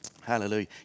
Hallelujah